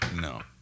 No